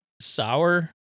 Sour